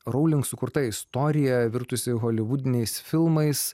rowling sukurta istorija virtusi holivudiniais filmais